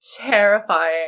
terrifying